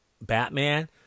Batman